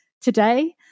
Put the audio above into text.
today